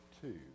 two